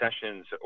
sessions